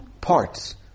parts